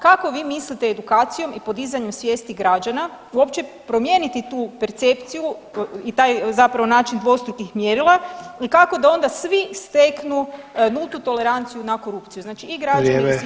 Kako vi mislite edukacijom i podizanjem svijesti građana uopće promijeniti tu percepciju i taj zapravo način dvostrukih mjerila i kako da onda svi steknu nultu toleranciju na korupciju, znači [[Upadica: Vrijeme.]] i građani i svi političari.